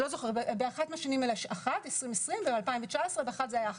בשנים 2019 ו-2020 באחת מהן הוגשה